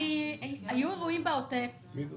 היו אירועים בעוטף עזה,